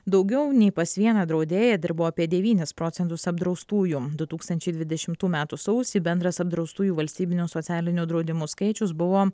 daugiau nei pas vieną draudėją dirbo apie devynis procentus apdraustųjų du tūkstančiai dvidešimtų metų sausį bendras apdraustųjų valstybinio socialinio draudimų skaičius buvo